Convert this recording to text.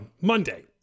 Monday